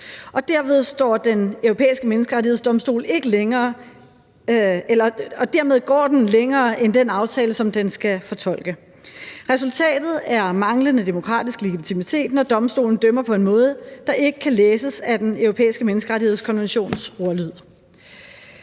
længere end den aftale, den skal fortolke. Resultatet er manglende demokratisk legitimitet, når Menneskerettighedsdomstolen dømmer på en måde, der ikke kan læses af Den Europæiske Menneskerettighedskonventions ordlyd.